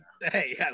Hey